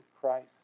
Christ